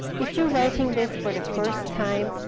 if you're writing this for the first time,